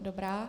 Dobrá.